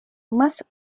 más